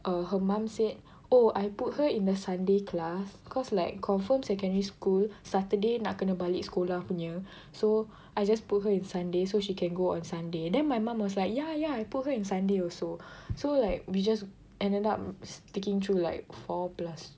err her mum said oh I put her in the Sunday class cause like confirm secondary school Saturday nak kena balik sekolah punya so I just put her in Sunday so she can go on Sunday then my mum was like yeah yeah I put her in Sunday also so like we just ended up sticking through like four plus